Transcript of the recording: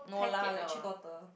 no lah like three quarter